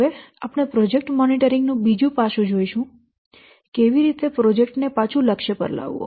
હવે આપણે project monitoring નું બીજું પાસું જોઈશું કેવી રીતે પ્રોજેક્ટ ને પાછા લક્ષ્ય પર લાવવો